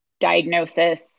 diagnosis